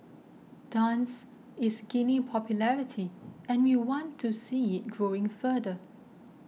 dance is gaining popularity and we want to see it growing further